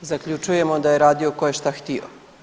Zaključujemo da je radio ko je šta htio.